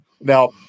Now